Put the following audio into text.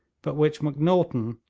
but which macnaghten,